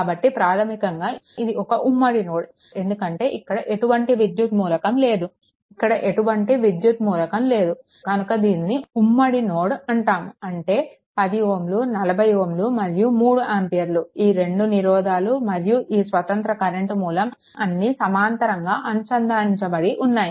కాబట్టి ప్రాధమికంగా ఇది ఒక ఉమ్మడి నోడ్ ఎందుకంటే ఇక్కడ ఎలాంటి విద్యుత్ మూలకం లేదు ఇక్కడ ఎలాంటి విద్యుత్ మూలకం లేదు కనుక దీనిని ఉమ్మడి నోడ్ అంటాము అంటే 10 Ω 40 Ω మరియు 3 ఆంపియర్లు ఈ రెండు నిరోధాలు మరియు ఈ స్వతంత్ర కరెంట్ మూలం అన్నీ సమాంతరంగా అనుసంధానించబడి ఉన్నాయి